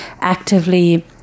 actively